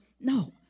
No